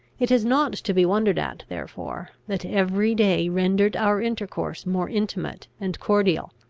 it is not to be wondered at, therefore, that every day rendered our intercourse more intimate and cordial.